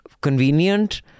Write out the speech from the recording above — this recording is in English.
convenient